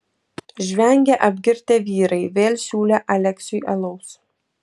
žvengė apgirtę vyrai vėl siūlė aleksiui alaus